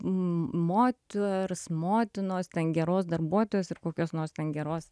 moters motinos ten geros darbuotojos ir kokios nors ten geros